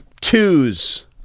twos